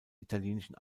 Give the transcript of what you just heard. italienischen